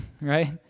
right